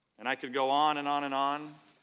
and i can go on and on and on